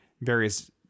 various